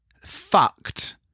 fucked